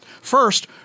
First